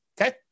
Okay